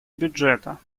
бюджета